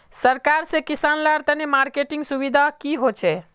सरकार से किसान लार तने मार्केटिंग सुविधा की होचे?